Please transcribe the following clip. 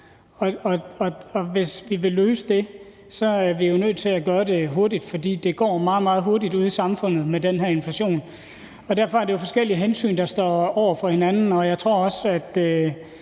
og hvis vi vil løse det, er vi nødt til at gøre det hurtigt, fordi det går meget, meget hurtigt ude i samfundet med den her inflation. Og derfor er det jo forskellige hensyn, der står over for hinanden, og jeg tror også, at